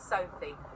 Sophie